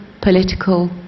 political